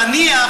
תניח,